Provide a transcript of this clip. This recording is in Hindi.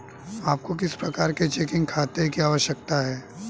आपको किस प्रकार के चेकिंग खाते की आवश्यकता है?